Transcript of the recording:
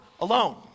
alone